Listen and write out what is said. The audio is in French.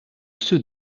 ceux